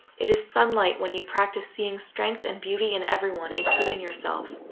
it is sunlight when you practice seeing strength and beauty in everyone, including yourself.